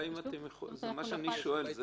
זה מה שאני שואל.